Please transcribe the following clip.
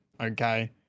okay